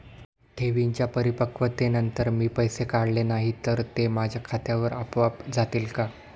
ठेवींच्या परिपक्वतेनंतर मी पैसे काढले नाही तर ते माझ्या खात्यावर आपोआप जातील का?